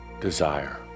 desire